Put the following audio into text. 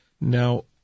Now